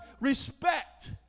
respect